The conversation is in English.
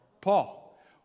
Paul